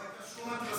לא הייתה שום התרסה.